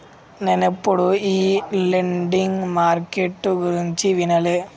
నేనెప్పుడు ఈ lending market గురించి వినలే